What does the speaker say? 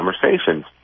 conversations